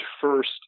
first